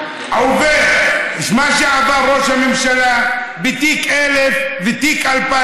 שמה שעבר ראש הממשלה בתיק 1000 ותיק 2000,